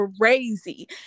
crazy